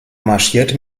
marschierte